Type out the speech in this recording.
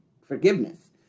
forgiveness